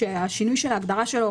שינוי ההגדרה שלו,